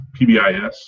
PBIS